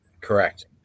Correct